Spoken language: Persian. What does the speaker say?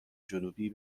جنوبی